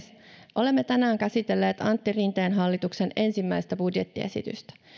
olemme tänään käsitelleet antti rinteen hallituksen ensimmäistä budjettiesitystä